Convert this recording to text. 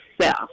self